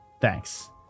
thanks